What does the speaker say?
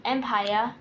Empire